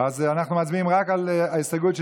אנחנו מצביעים רק על ההסתייגות של